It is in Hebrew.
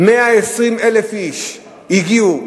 120,000 איש הגיעו